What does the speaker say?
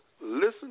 listen